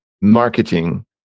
marketing